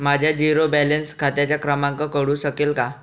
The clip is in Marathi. माझ्या झिरो बॅलन्स खात्याचा क्रमांक कळू शकेल का?